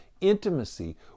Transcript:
intimacy